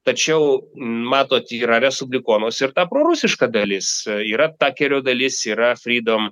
tačiau matot yra respublikonuos ir ta prorusiška dalis yra takerio dalis yra freedom